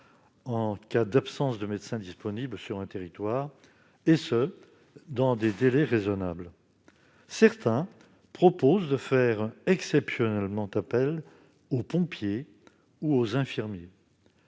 en cas d'absence d'un médecin disponible sur un territoire, et ce dans des délais raisonnables. Certains proposent de faire exceptionnellement appel aux pompiers ou aux infirmiers.